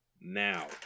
Now